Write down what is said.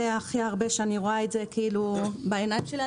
זה הכי חשוב בעיניים שלי.